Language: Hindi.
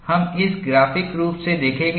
हम इसे ग्राफिक रूप से देखेंगे